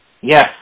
Yes